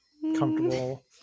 comfortable